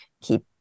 keep